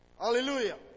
Hallelujah